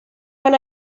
when